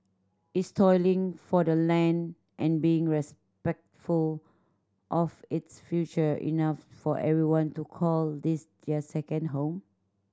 is toiling for the land and being respectful of its future enough for everyone to call this their second home